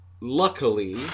luckily